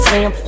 Sam